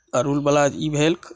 अड़हुल वाला ई भेल